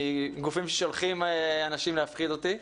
מגופים ששולחים אנשים להפחיד אותי.